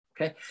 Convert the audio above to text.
Okay